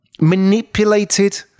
manipulated